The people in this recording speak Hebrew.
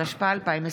התשפ"א 2021,